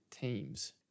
teams